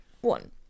one